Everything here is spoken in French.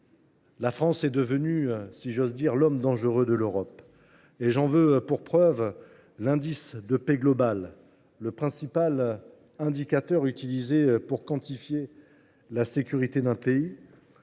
la France est devenue, si j’ose dire, l’homme dangereux de l’Europe ! Ainsi, l’indice de paix globale, principal indicateur utilisé pour quantifier la sécurité d’un pays